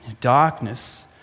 Darkness